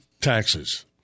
taxes